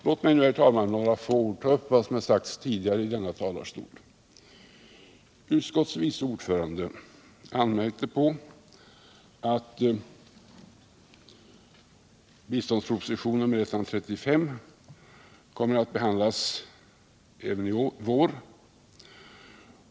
Låt mig nu, herr talman, med några ord ta upp vad som har sagts tidigare i denna talarstol. Utskottets vice ordförande anmärkte på att biståndspropositionen 135 kommer att behandlas i vår.